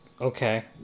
Okay